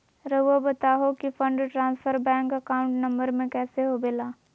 रहुआ बताहो कि fund transfer bank account number में कैसे होबेला?